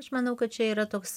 aš manau kad čia yra toks